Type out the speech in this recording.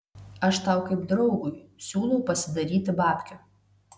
aš tau kaip draugui siūlau pasidaryti babkių